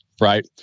right